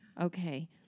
Okay